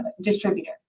distributor